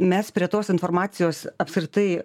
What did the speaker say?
mes prie tos informacijos apskritai